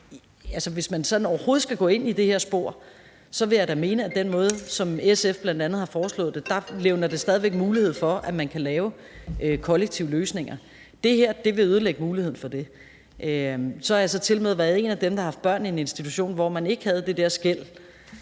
hvis man overhovedet skal gå ind i det her spor, vil jeg mene, at det, som SF bl.a. har foreslået, da stadig væk levner mulighed for, at man kan lave kollektive løsninger. Det her vil ødelægge muligheden for det. Så har jeg tilmed været en af dem, der har haft børn i en institution, hvor man ikke havde det der skel,